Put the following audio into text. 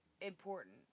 important